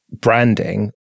branding